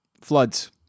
floods